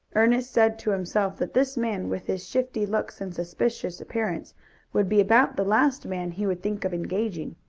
ernest said to himself that this man with his shifty looks and suspicious appearance would be about the last man he would think of engaging.